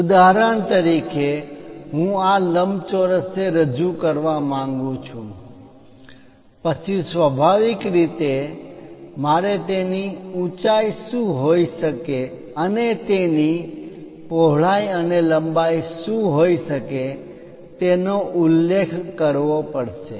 ઉદાહરણ તરીકે હું આ લંબચોરસને રજૂ કરવા માગું છું પછી સ્વાભાવિક રીતે મારે તેની ઊંચાઈ શું હોઇ શકે અને તેની પહોળાઈ અને લંબાઈ શું હોઈ શકે તેનો ઉલ્લેખ કરવો પડશે